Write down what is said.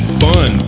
fun